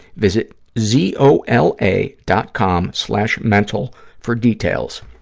visit z o l a dot com slash mental for details.